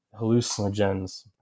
hallucinogens